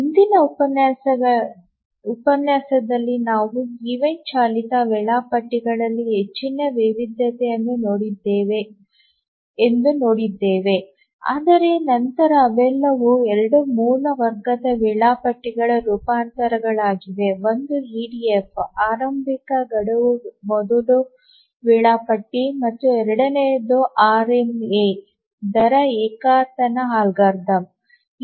ಹಿಂದಿನ ಉಪನ್ಯಾಸದಲ್ಲಿ ನಾವು ಈವೆಂಟ್ ಚಾಲಿತ ವೇಳಾಪಟ್ಟಿಗಳಲ್ಲಿ ಹೆಚ್ಚಿನ ವೈವಿಧ್ಯತೆಯನ್ನು ಹೊಂದಿದ್ದೇವೆ ಎಂದು ನೋಡಿದ್ದೇವೆ ಆದರೆ ನಂತರ ಅವೆಲ್ಲವೂ 2 ಮೂಲ ವರ್ಗದ ವೇಳಾಪಟ್ಟಿಗಳ ರೂಪಾಂತರಗಳಾಗಿವೆ ಒಂದು ಇಡಿಎಫ್ ಆರಂಭಿಕ ಗಡುವು ಮೊದಲ ಮತ್ತು ಎರಡನೆಯದು ಆರ್ಎಂಎ ದರ ಏಕತಾನ ಅಲ್ಗಾರಿದಮ್